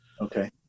Okay